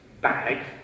bag